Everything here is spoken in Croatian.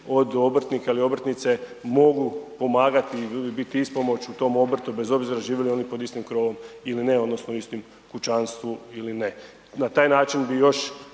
od obrtnika ili obrtnice mogu pomagati i biti ispomoć u tom obrtu bez obzira živjeli oni pod istim krovom ili ne odnosno istom kućanstvu ili ne. Na taj način bi još